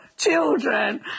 children